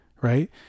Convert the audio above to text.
Right